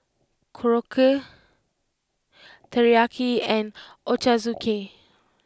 Korokke Teriyaki and Ochazuke